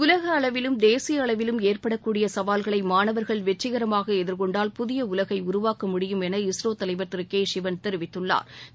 உலக அளவிலும் தேசிய அளவிலும் ஏற்படக்கூடிய சவால்களை மாணவர்கள் வெற்றிகரமாக எதிர்கொண்டால் புதிய உலகை உருவாக்க முடியும் என இஸ்ரோ தலைவர் திரு கே சிவன் தெரிவித்துள்ளாா்